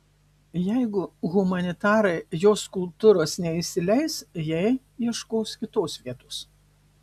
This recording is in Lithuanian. jeigu humanitarai jo skulptūros neįsileis jai ieškos kitos vietos